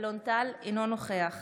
אינו נוכח